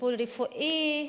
לטיפול רפואי,